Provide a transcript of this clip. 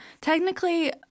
Technically